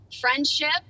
friendship